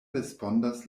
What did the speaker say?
respondas